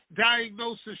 diagnosis